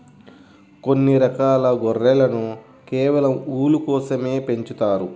కొన్ని రకాల గొర్రెలను కేవలం ఊలు కోసమే పెంచుతారు